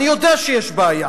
אני יודע שיש בעיה,